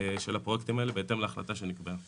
של הפרויקטים האלה בהתאם להחלטה שנקבעה.